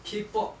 K pop